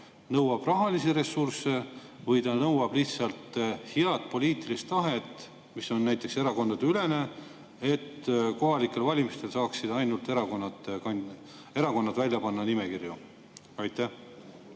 nõuab rahalisi ressursse või nõuab see lihtsalt head poliitilist tahet, mis on näiteks erakondadeülene, et kohalikel valimistel saaksid ainult erakonnad nimekirju välja